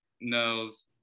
knows